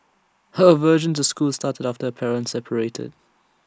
her aversion to school started after her parents separated